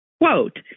quote